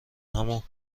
همو